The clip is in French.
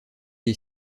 est